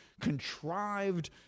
contrived